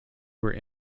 were